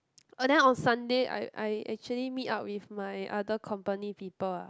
orh then on Sunday I I actually meet up with my other company people ah